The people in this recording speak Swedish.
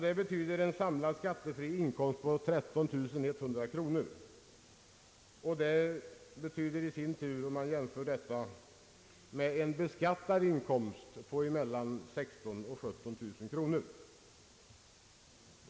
Det betyder en samlad skattefri inkomst på 13 100 kronor, och det motsvarar i sin tur en beskattad inkomst på mellan 16 000 och 17 000 kronor.